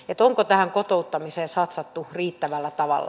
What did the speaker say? etu onko tähän kotouttamiseen satsattu riittävällä tavalla